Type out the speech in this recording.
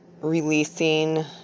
releasing